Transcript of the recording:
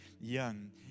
Young